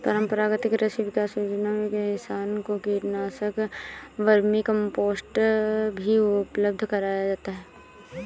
परम्परागत कृषि विकास योजना में किसान को कीटनाशक, वर्मीकम्पोस्ट भी उपलब्ध कराया जाता है